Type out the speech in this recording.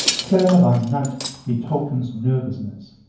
clamor by night betokens nervousness.